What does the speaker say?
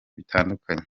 bitandukanye